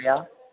yeah